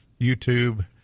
YouTube